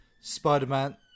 Spider-Man